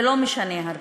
זה לא משנה הרבה.